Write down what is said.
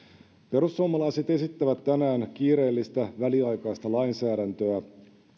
perussuomalaiset esittävät tänään kiireellistä väliaikaista lainsäädäntöä